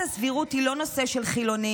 עילת הסבירות היא לא נושא של חילונים,